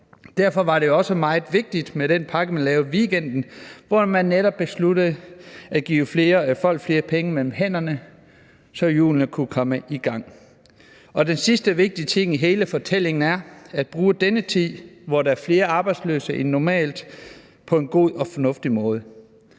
Derfor var det også meget vigtigt med den pakke, vi lavede i weekenden, hvor man netop besluttede at give folk flere penge mellem hænderne, så hjulene kunne komme i gang. Den sidste vigtige ting i hele fortællingen er, at vi skal bruge denne tid, hvor der er flere arbejdsløse end normalt, på en god og fornuftig måde.